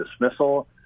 dismissal